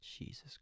Jesus